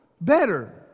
better